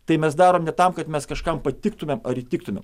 tai mes darom ne tam kad mes kažkam patiktumėm ar įtiktumėm